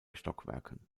stockwerken